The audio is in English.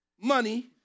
money